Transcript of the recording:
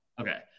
Okay